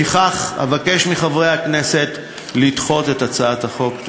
לפיכך אבקש מחברי הכנסת לדחות את הצעת החוק.